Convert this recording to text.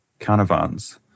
Canavans